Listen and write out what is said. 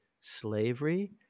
slavery